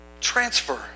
transfer